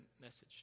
message